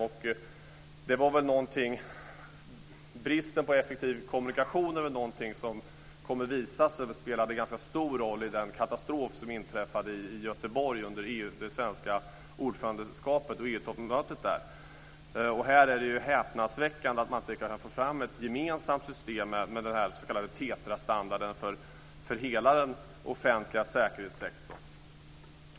Det kommer att visa sig att bristen på effektiv kommunikation spelade en ganska stor roll vid den katastrof som inträffade i Göteborg vid EU-toppmötet under det svenska ordförandeskapet. Det är häpnadsväckande att det inte har gått att få fram ett gemensamt system med TETRA-standarden för hela den offentliga säkerhetssektorn.